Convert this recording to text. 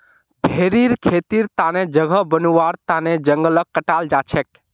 भेरीर खेतीर तने जगह बनव्वार तन जंगलक काटाल जा छेक